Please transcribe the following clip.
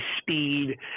speed